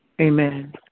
Amen